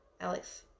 alex